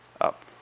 up